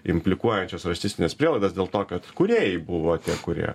implikuojančios rasistines prielaidas dėl to kad kūrėjai buvo tie kurie